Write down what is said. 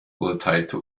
urteilte